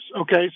okay